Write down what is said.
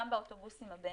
גם באוטובוסים הבין-עירוניים.